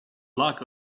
luck